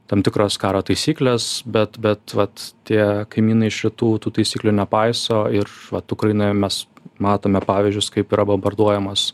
tam tikros karo taisykles bet bet vat tie kaimynai šitų tų taisyklių nepaiso ir švat ukrainoje mes matome pavyzdžius kaip yra bombarduojamos